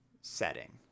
setting